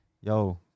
yo